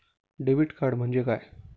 Debit card म्हणजे काय?